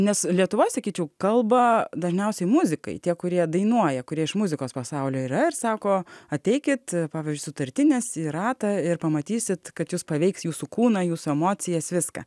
nes lietuvoj sakyčiau kalba dažniausiai muzikai tie kurie dainuoja kurie iš muzikos pasaulio yra ir sako ateikit pavyzdžiui sutartinės į ratą ir pamatysit kad jus paveiks jūsų kūną jūsų emocijas viską